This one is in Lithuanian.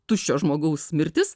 tuščio žmogaus mirtis